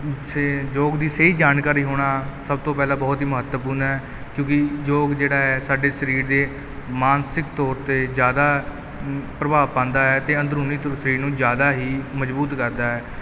ਸਹੀ ਯੋਗ ਦੀ ਸਹੀ ਜਾਣਕਾਰੀ ਹੋਣਾ ਸਭ ਤੋਂ ਪਹਿਲਾਂ ਬਹੁਤ ਹੀ ਮਹੱਤਵਪੂਰਨ ਹੈ ਕਿਉਂਕਿ ਯੋਗ ਜਿਹੜਾ ਹੈ ਸਾਡੇ ਸਰੀਰ ਦੇ ਮਾਨਸਿਕ ਤੌਰ 'ਤੇ ਜ਼ਿਆਦਾ ਪ੍ਰਭਾਵ ਪਾਉਂਦਾ ਹੈ ਅਤੇ ਅੰਦਰੂਨੀ ਨੂੰ ਜ਼ਿਆਦਾ ਹੀ ਮਜ਼ਬੂਤ ਕਰਦਾ ਹੈ